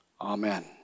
amen